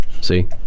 See